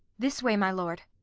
this way, my lord.